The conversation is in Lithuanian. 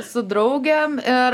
su draugėm ir